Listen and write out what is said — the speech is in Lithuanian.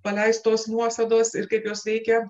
paleistos nuosėdos ir kaip jos veikia